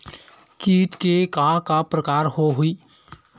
कीट के का का प्रकार हो होही?